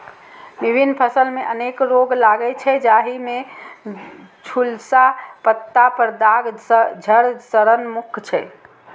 विभिन्न फसल मे अनेक रोग लागै छै, जाहि मे झुलसा, पत्ता पर दाग, धड़ सड़न मुख्य छै